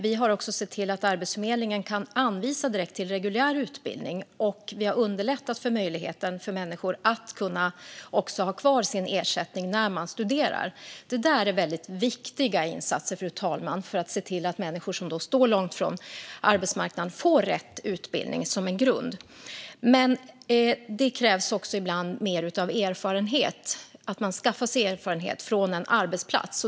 Vi har också sett till att Arbetsförmedlingen kan anvisa direkt till reguljär utbildning. Vi har dessutom underlättat för människor att ha kvar sin ersättning när de studerar. Det är väldigt viktiga insatser, fru talman, för att se till att människor som står långt ifrån arbetsmarknaden får rätt utbildning som grund. Men det krävs ibland också att man skaffar sig erfarenhet från en arbetsplats.